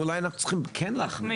אולי אנחנו צריכים כן להחמיר.